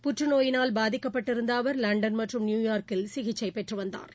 புற்றுநோயினால் பாதிக்கப்பட்டிருந்த அவர் லண்டன் மற்றும் நியூயாா்க்கில் சிகிச்சை பெற்று வந்தாா்